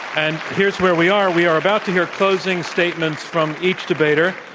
and here's where we are. we are about to hear closing statements from each debater.